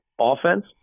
offense